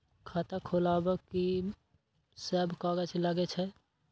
खाता खोलाअब में की सब कागज लगे छै?